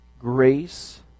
grace